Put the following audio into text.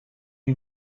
you